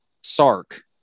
Sark